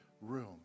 room